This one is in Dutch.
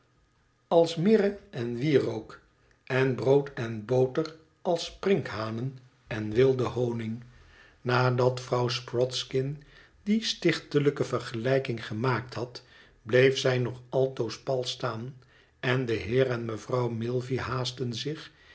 vriend en wierook en brood en boter als sprinkhanen en wilde honig nadat vrouw sprodskin die stichtelijke vergelijking gemaakt had bleef zij nog altoos pal staan en de heer en mevrouw milvey haastten zich